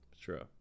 True